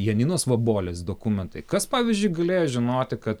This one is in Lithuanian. janinos vabolis dokumentai kas pavyzdžiui galėjo žinoti kad